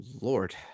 Lord